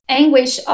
anguish